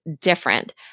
different